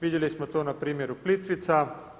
Vidjeli smo to na primjer u Plitvicama.